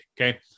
okay